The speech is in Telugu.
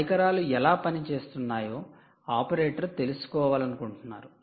పరికరాలు ఎలా పని చేస్తున్నాయో ఆపరేటర్ తెలుసుకోవాలనుకుంటున్నారు